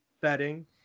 betting